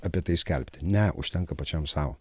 apie tai skelbti ne užtenka pačiam sau